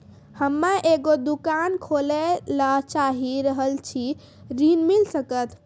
हम्मे एगो दुकान खोले ला चाही रहल छी ऋण मिल सकत?